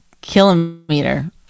kilometer